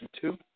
two